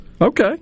Okay